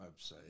website